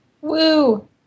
woo